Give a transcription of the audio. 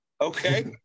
Okay